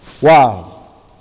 Wow